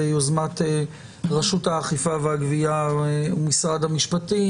ביוזמת רשות האכיפה והגבייה ומשרד המשפטים,